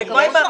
יש או אין?